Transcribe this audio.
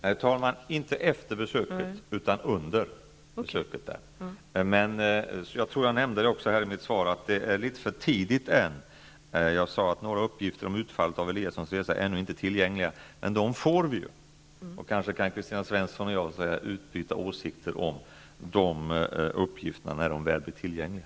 Herr talman! Vi har inte haft kontakt med honom efter besöket utan under besöket. Det är, som jag nämnde i mitt svar, litet för tidigt än. Jag sade där: ''Några uppgifter om utfallet av Eliassons resa är ännu inte tillgängliga.'' Men vi kommer ju att få de uppgifterna, och kanske kan Kristina Svensson och jag utbyta åsikter om de uppgifterna när de väl blir tillgängliga.